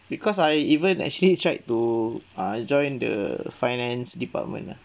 because I even actually tried to uh join the finance department lah